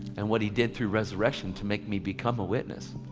and what he did through resurrection to make me become a witness.